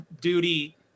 duty